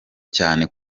cyane